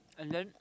and then